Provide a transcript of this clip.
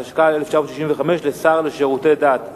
התשכ"ה 1965, לשר לשירותי דת.